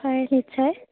হয় নিশ্চয়